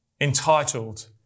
entitled